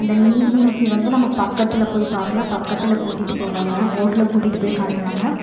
அந்த நீர்வீழ்ச்சி வந்து நம்ம பக்கத்தில் போய் பார்க்கலாம் பக்கத்தில் கூட்டிகிட்டு போவாங்க போட்டில் கூட்டிகிட்டு போய் காட்டுவாங்க